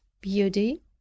beauty